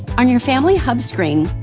on your family hub screen,